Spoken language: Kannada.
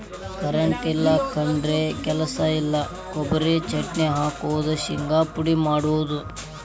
ಕರೆಂಟ್ ಇಲ್ಲಿಕಂದ್ರ ಕೆಲಸ ಇಲ್ಲಾ, ಕೊಬರಿ ಚಟ್ನಿ ಹಾಕುದು, ಶಿಂಗಾ ಪುಡಿ ಮಾಡುದು